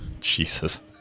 jesus